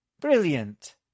Brilliant